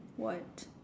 what